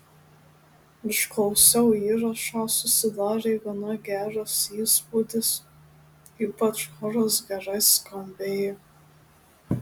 išklausiau įrašą susidarė gana geras įspūdis ypač choras gerai skambėjo